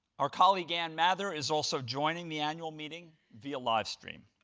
our colleague ann mather is also joining the annual meeting via live stream.